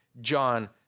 John